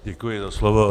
Děkuji za slovo.